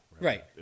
right